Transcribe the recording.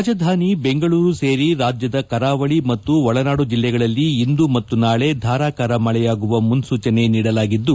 ರಾಜಧಾನಿ ಬೆಂಗಳೂರು ಸೇರಿ ರಾಜ್ಜದ ಕರಾವಳಿ ಮತ್ತು ಒಳನಾಡು ಬೆಲ್ಲೆಗಳಲ್ಲಿ ಇಂದು ಮತ್ತು ನಾಳೆ ಧಾರಾಕಾರ ಮಳೆಯಾಗುವ ಮನ್ನೂಚನೆ ನೀಡಲಾಗಿದ್ದು